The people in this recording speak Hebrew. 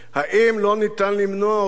האם לא ניתן למנוע אותה?